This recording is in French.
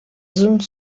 zone